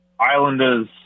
Islanders